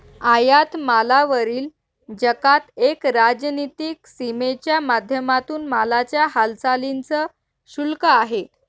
आयात मालावरील जकात एक राजनीतिक सीमेच्या माध्यमातून मालाच्या हालचालींच शुल्क आहे